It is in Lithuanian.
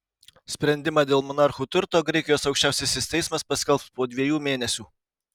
sprendimą dėl monarchų turto graikijos aukščiausiasis teismas paskelbs po dviejų mėnesių